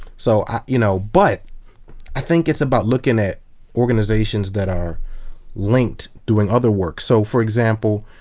so, you know, but i think it's about looking at organizations that are linked, doing other work. so for example,